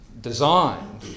designed